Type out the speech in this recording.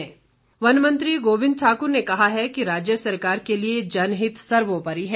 one मंत्री वन मंत्री गोविंद ठाक्र ने कहा है कि राज्य सरकार के लिए जनहित सर्वोपरि है